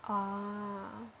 orh